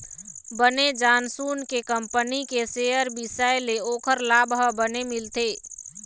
बने जान सून के कंपनी के सेयर बिसाए ले ओखर लाभ ह बने मिलथे